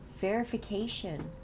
verification